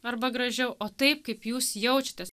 arba gražiau o taip kaip jūs jaučiatės